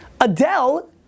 Adele